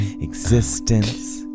existence